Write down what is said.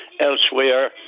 elsewhere